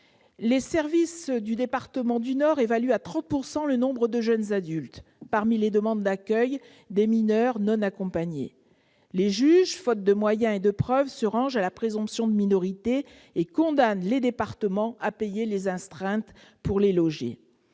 Les services du département du Nord évaluent à 30 % le nombre de jeunes adultes parmi les demandes d'accueil des mineurs non accompagnés. Les juges, faute de moyens et de preuves, se rangent à la présomption de minorité et condamnent les départements à payer des astreintes pour les loger.